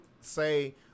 say